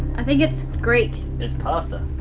i think it's greek. it's pasta.